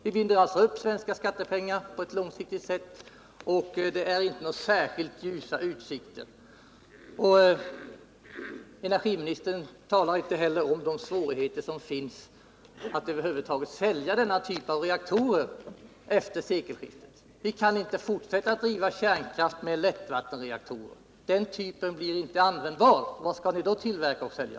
Vi binder alltså upp svenska skattepengar på ett långsiktigt sätt, och det är inte några särskilt ljusa utsikter. Energiministern talar inte heller om de svårigheter som finns att över huvud taget sälja denna typ av reaktor efter sekelskiftet. Vi kan inte fortsätta att driva kärnkraft med lättvattenreaktorer. Den typen blir inte användbar. Vad skall vi då tillverka och sälja?